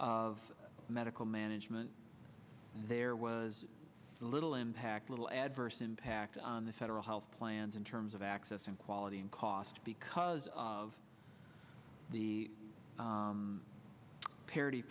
of medical management there was little impact little adverse impact on the federal health plans in terms of access and quality and cost because of the parity